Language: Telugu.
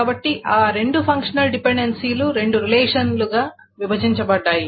కాబట్టి ఆ రెండు ఫంక్షనల్ డిపెండెన్సీలు రెండు రిలేషన్లుగా విభజించబడ్డాయి